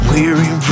Weary